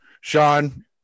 Sean